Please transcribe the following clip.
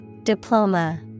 Diploma